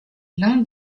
l’un